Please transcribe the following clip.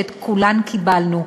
ואת כולן קיבלנו.